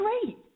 great